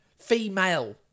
female